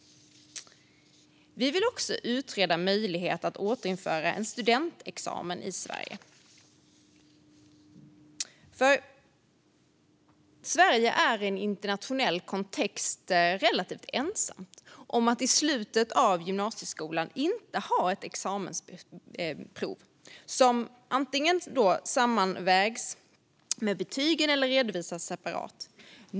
Vi vill också utreda möjligheten att återinföra studentexamen i Sverige. Sverige är i en internationell kontext relativt ensamt om att i slutet av gymnasieskolan inte ha examensprov som antingen sammanvägs med betygen eller redovisas separat.